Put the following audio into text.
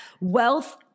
wealth